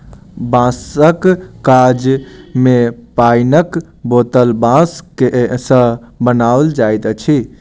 बाँसक काज मे पाइनक बोतल बाँस सॅ बनाओल जाइत अछि